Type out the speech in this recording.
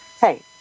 Hey